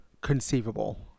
conceivable